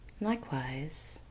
Likewise